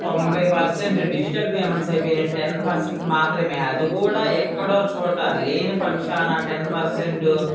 తొంభై percent digital payments అయిపోయిన ten percent మాత్రమే అది కూడా ఎక్కడో చోట లేనిపక్షాన టెన్ పర్సెంట్